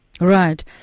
Right